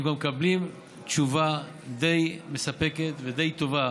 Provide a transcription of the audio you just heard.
הם גם מקבלים תשובה די מספקת ודי טובה